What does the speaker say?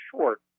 short